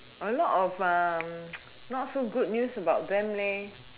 a lot of not so good news about them leh